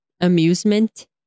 Amusement